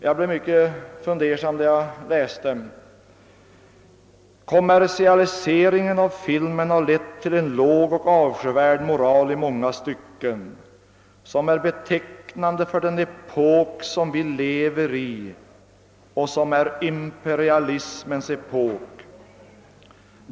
Jag blev mycket fundersam när jag läste följande avsnitt av herr Hermanssons anförande: »Kommersialiseringen av filmen har lett till en låg och avskyvärd moral i många stycken, som är betecknande för den epok som vi lever i och som är imperialismens epok.